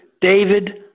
David